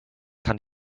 kann